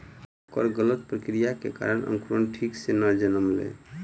ओकर गलत प्रक्रिया के कारण अंकुरण ठीक सॅ नै जनमलै